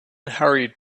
hurried